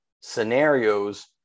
scenarios